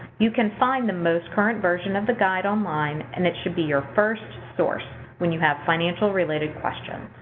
you can find the most current version of the guide online and it should be your first source when you have financial-related questions.